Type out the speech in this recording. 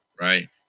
right